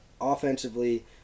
offensively